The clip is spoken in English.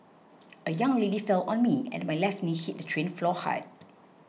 a young lady fell on me and my left knee hit the train floor hard